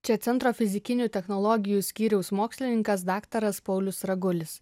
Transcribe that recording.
čia centro fizikinių technologijų skyriaus mokslininkas daktaras paulius ragulis